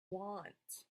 want